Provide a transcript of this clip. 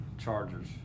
Chargers